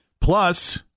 Plus